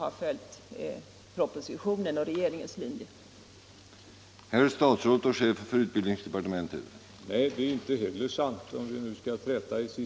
Hade regeringens linje varit positiv hade vi heller inte behövt motionera som vi gjort.